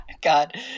God